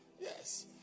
Yes